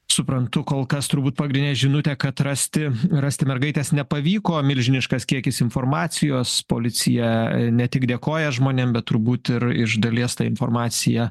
suprantu kol kas turbūt pagrindinę žinutę kad rasti rasti mergaitės nepavyko milžiniškas kiekis informacijos policija ne tik dėkoja žmonėm bet turbūt ir iš dalies tą informaciją